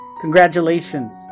Congratulations